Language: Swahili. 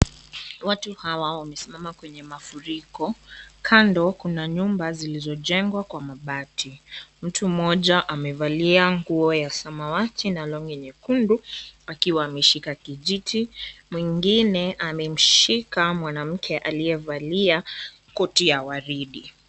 Watu hawa wamesimama kwenye mafuriko. Kando kuna nyumba zilizojengwa kwa mabati. Mtu mmoja amevalia nguo ya sawawti na longi nyekundu akiwa ameshika kijiti. Mwingine amemshika mwanamke aliyevalia koti ya waridi.